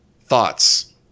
Thoughts